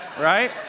right